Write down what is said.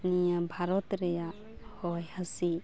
ᱱᱤᱭᱟᱹ ᱵᱷᱟᱨᱚᱛ ᱨᱮᱭᱟ ᱦᱚᱭ ᱦᱤᱥᱤᱫᱽ